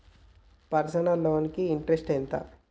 Personal loan కి interest ఎంత?